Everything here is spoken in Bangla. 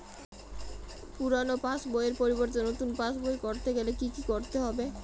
পুরানো পাশবইয়ের পরিবর্তে নতুন পাশবই ক রতে গেলে কি কি করতে হবে?